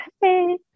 hey